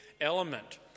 element